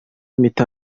mpita